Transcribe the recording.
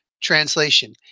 Translation